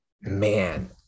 man